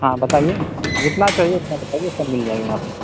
ہاں بتائیے جتنا چاہیے اتنا بتائیے سب مل جائے گا یہاں پہ